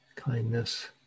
kindness